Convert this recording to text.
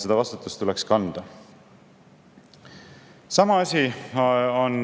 seda vastutust tuleks kanda. Sama asi on